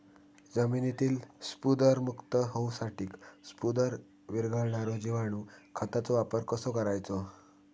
जमिनीतील स्फुदरमुक्त होऊसाठीक स्फुदर वीरघळनारो जिवाणू खताचो वापर कसो करायचो?